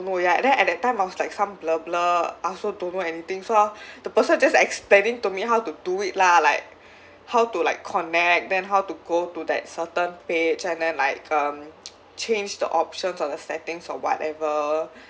don't know ya at that time I like some blur blur I also don't know anything so the person just explaining to me how to do it lah like how to like connect then how to go to that certain page and then like um change the options or the settings or whatever